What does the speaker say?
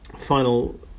final